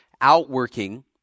outworking